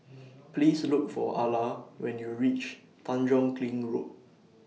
Please Look For Ala when YOU REACH Tanjong Kling Road